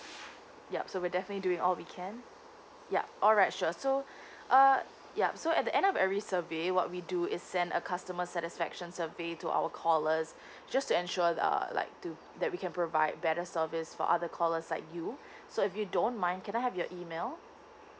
yup so we definitely all we can yup alright sure so uh yup so at the end of every survey what we do is send a customer satisfaction survey to our callers just to ensure the uh like to that we can provide better service for other callers like you so if you don't mind can I have your email